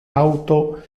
auto